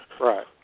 Right